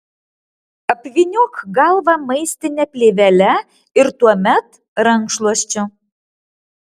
apvyniok galvą maistine plėvele ir tuomet rankšluosčiu